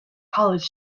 college